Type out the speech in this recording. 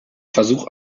versuch